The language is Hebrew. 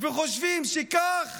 וחושבים שכך